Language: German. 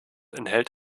enthält